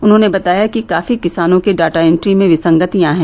उन्होंने बताया कि काफी किसानों के डाटा इँट्री में विसंगतियां हैं